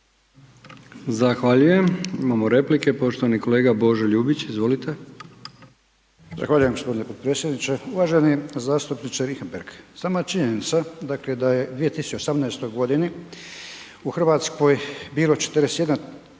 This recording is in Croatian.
Zahvaljujem. Imamo replike, poštovani kolega Božo Ljubić. Izvolite. **Ljubić, Božo (HDZ)** Zahvaljujem gospodine potpredsjedniče. U8važeni zastupnike Richembergh. Sama činjenica da je u 2018. godini u Hrvatskoj bilo 43.000